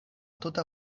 tuta